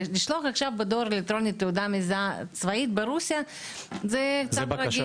לשלוח עכשיו בדואר אלקטרוני תעודה מזהה צבאית ברוסיה זה מצב רגיש.